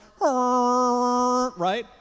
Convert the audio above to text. right